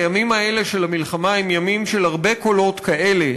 הימים האלה של המלחמה הם ימים של הרבה קולות כאלה,